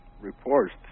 reports